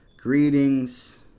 greetings